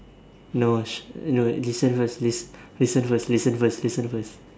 no sh~ no listen first listen listen first listen first listen first